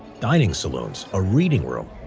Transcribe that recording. dining saloons, a reading room,